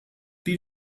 die